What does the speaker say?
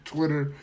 Twitter